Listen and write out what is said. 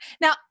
Now